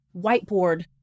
whiteboard